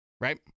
right